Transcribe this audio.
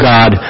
God